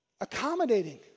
accommodating